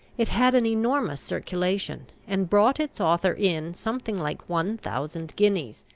it had an enormous circulation, and brought its author in something like one thousand guineas.